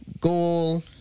Goal